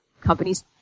companies